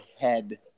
head